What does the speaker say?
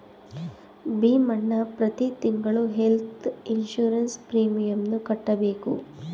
ಭೀಮಣ್ಣ ಪ್ರತಿ ತಿಂಗಳು health insurance ಪ್ರೀಮಿಯಮನ್ನು ಕಟ್ಟಬೇಕು